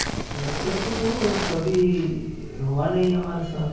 ایسے تو کبھی ہوا نہیں ہمارے ساتھ